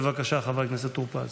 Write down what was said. בבקשה, חבר הכנסת טור פז.